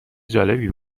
جالبی